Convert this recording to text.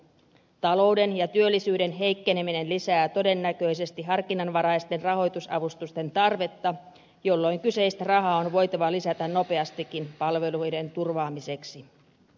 talouden ja työllisyyden heikkeneminen lisää todennäköisesti harkinnanvaraisten rahoitusavustusten tarvetta jolloin kyseistä rahaa on voitava lisätä nopeastikin palveluiden turvaamiseksi